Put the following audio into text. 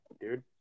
dude